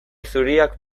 zuriak